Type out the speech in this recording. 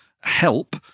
help